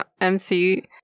MC